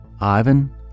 Ivan